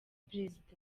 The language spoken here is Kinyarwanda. prezida